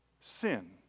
sin